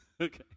Okay